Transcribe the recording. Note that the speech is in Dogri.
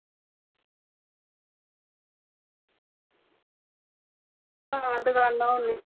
हां दुकाना होनी